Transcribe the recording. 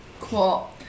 Cool